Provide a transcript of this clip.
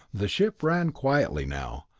the ship ran quietly now,